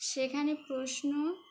সেখানে প্রশ্ন